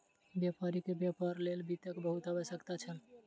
व्यापारी के व्यापार लेल वित्तक बहुत आवश्यकता छल